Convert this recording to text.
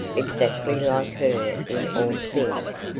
exactly like her in all things.